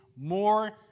more